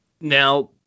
Now